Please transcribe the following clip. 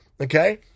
okay